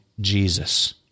Jesus